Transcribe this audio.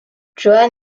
johan